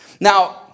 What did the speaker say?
Now